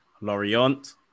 Lorient